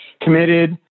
committed